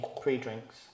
pre-drinks